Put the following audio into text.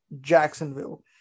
Jacksonville